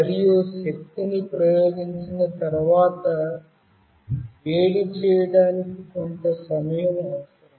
మరియు శక్తిని ప్రయోగించిన తర్వాత వేడి చేయడానికి కొంత సమయం అవసరం